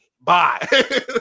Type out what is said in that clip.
Bye